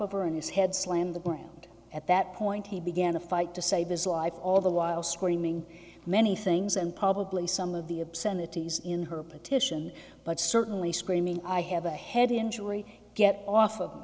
of her and his head slammed the ground at that point he began a fight to save his life all the while screaming many things and probably some of the obscenity is in her petition but certainly screaming i have a head injury get off of